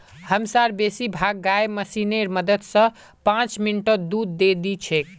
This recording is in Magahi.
हमसार बेसी भाग गाय मशीनेर मदद स पांच मिनटत दूध दे दी छेक